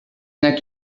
neck